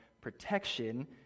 protection